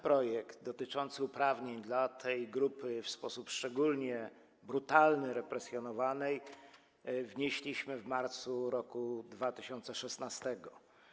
Projekt dotyczący uprawnień tej grupy, w sposób szczególnie brutalny represjonowanej, wnieśliśmy w marcu roku 2016.